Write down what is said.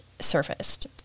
surfaced